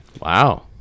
Wow